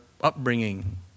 upbringing